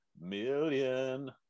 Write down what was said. million